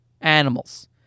animals